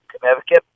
Connecticut